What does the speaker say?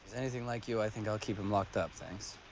anything like you, i'll think i'll keep him locked up, thanks.